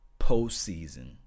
postseason